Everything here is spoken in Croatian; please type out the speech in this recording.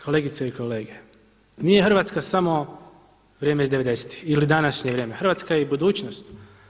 Kolegice i kolege, nije Hrvatska samo vrijeme iz devedesetih ili današnje vrijeme, Hrvatska je i budućnost.